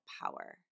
power